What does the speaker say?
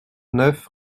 neuf